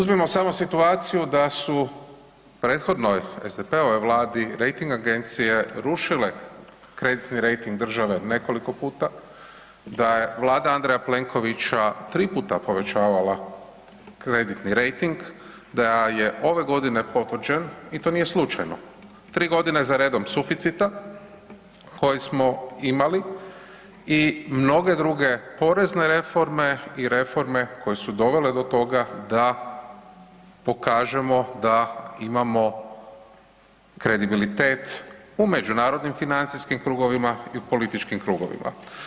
Uzmimo samo situaciju da su prethodno SDP-ovoj Vladi rejting agencije rušile kreditni rejting države nekoliko puta, da je Vlada A. Plenkovića tri puta povećavala kreditni rejting, da je ove godine potvrđen i to nije slučajnom, 3 g. za redom suficita koji smo imali i mnoge druge porezne reforme i reforme koje su dovele do toga da pokažemo da imamo kredibilitet u međunarodnim financijskim krugovima i političkim krugovima.